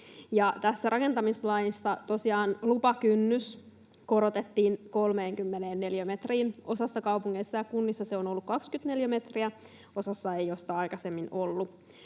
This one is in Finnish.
rakentamislaissa tosiaan lupakynnys korotettiin 30 neliömetriin. Osassa kaupungeista ja kunnista se on ollut 20 neliömetriä, osassa ei ole sitä aikaisemmin ollut.